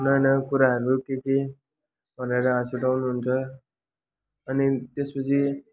नयाँ नयाँ कुराहरू के के भनेर हाँस उठाउनुहुन्छ अनि त्यसपछि